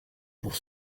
pour